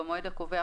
במועד הקובע,